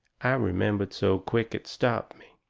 i remembered so quick it stopped me.